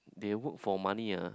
they work for money ah